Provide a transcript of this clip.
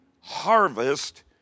harvest